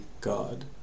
God